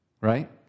right